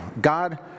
God